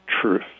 truth